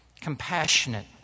Compassionate